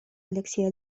алексея